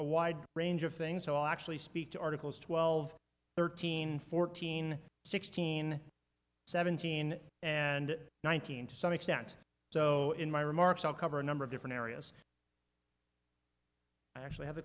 a wide range of things so i actually speak to articles twelve thirteen fourteen sixteen seventeen and nineteen to some extent so in my remarks i'll cover a number of different areas actually have